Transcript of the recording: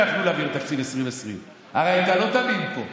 יכלו להעביר תקציב 2020. הרי אתה לא תמים פה.